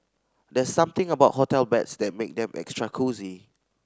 there's something about hotel beds that make them extra cosy